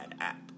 app